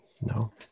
No